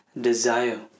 desire